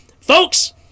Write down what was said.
Folks